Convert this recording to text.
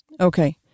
Okay